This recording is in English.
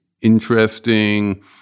interesting